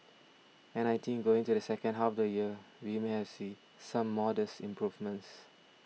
and I think going to the second half of the year we may have see some modest improvements